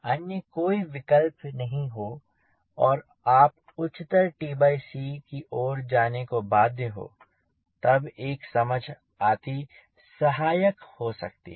अन्य कोई विकल्प नहीं हो और आप उच्चतर की ओर जाने को बाध्य हो तब एक समझ आती सहायक हो सकती है